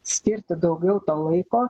skirti daugiau to laiko